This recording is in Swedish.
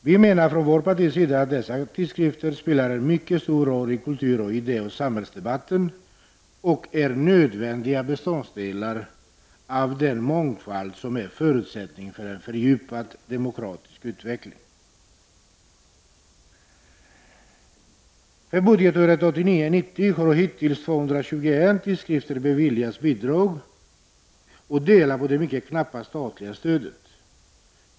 Vi menar från vårt partis sida att dessa tidskrifter spelar en mycket stor roll i kultur-, idé och samhällsdebatten och är nödvändiga beståndsdelar i den mångfald som är en förutsättning för en fördjupad demokratisk utveckling. För budgetåret 1989/90 har hittills 221 tidskrifter beviljats bidrag och de får dela på det mycket knappa statliga stödet.